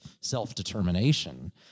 self-determination